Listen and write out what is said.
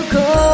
go